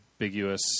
ambiguous